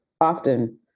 often